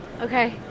Okay